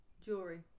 jewelry